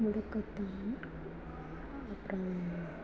மொடக்கத்தான் அப்புறம்